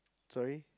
sorry